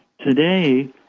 today